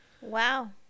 Wow